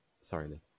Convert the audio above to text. Sorry